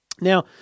Now